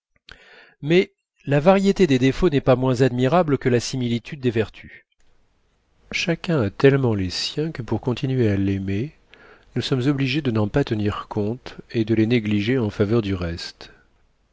mais la variété des défauts n'est pas moins admirable que la similitude des vertus chacun a tellement les siens que pour continuer à l'aimer nous sommes obligés de n'en pas tenir compte et de les négliger en faveur du reste